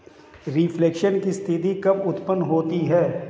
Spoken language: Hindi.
रिफ्लेशन की स्थिति कब उत्पन्न होती है?